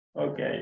Okay